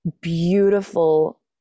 beautiful